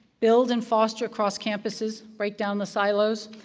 build, and foster across campuses, break down the silos,